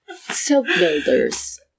Self-builders